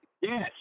Yes